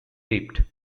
tapped